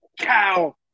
cow